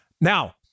now